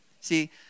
See